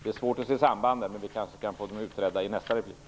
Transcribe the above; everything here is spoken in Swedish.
Det är svårt att se sambanden, men vi kanske kan få dem utredda i nästa replik.